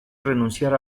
renunciar